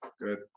Good